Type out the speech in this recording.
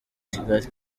kigali